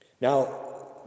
Now